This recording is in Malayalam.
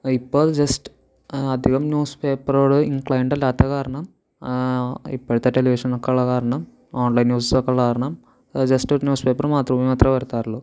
ഇപ്പം അത് ജസ്റ്റ് അധികം ന്യൂസ് പേപ്പറുകൾ ഇൻക്ലൈൻഡ് അല്ലാത്ത കാരണം ഇപ്പോഴത്തെ ടെലിവിഷൻ ഒക്കെയുള്ള കാരണം ഓൺലൈൻ ന്യൂസൊക്കെ ഉള്ളത് കാരണം ജസ്റ്റ് ഒരു ന്യൂസ് പേപ്പർ മാത്രമേ വരുത്താറുള്ളു